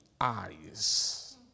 eyes